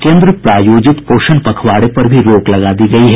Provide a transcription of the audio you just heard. केंद्र प्रायोजित पोषण पाखवाड़े पर भी रोक लगा दी गयी है